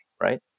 Right